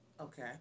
Okay